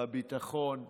על הביטחון,